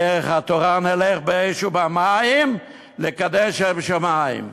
בדרך התורה נלך באש ובמים לקדש שם שמים.